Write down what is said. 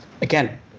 Again